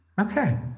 Okay